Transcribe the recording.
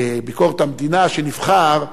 ביקורת המדינה שנבחר,